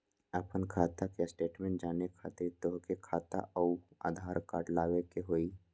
आपन खाता के स्टेटमेंट जाने खातिर तोहके खाता अऊर आधार कार्ड लबे के होइ?